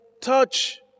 Touch